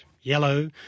yellow